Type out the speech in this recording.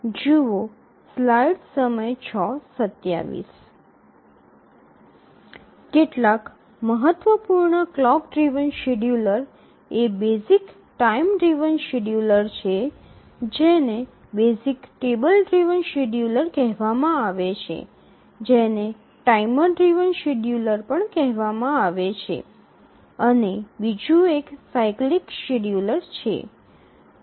કેટલાક મહત્વપૂર્ણ clock driven scheduler એ બેઝિક ટાઇમ ડ્રિવન શેડ્યૂલર છે જેને બેઝિક ટેબલ ડ્રિવન શેડ્યૂલર કહેવામાં આવે છે જેને ટાઇમર ડ્રિવન શેડ્યૂલર પણ કહેવામાં આવે છે અને બીજું એક સાયક્લિક શેડ્યૂલર છે